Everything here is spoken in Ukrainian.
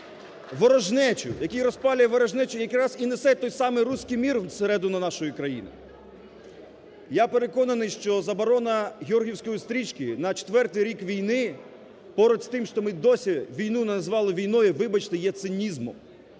ворожнечу? Який розпалює ворожнечу, якраз і несе той самий "русский мир" всередину нашої країни? Я переконаний, що заборона георгіївської стрічки на четвертий рік війни поруч з тим, що ми досі війну не назвали війною, вибачте, є цинізмом.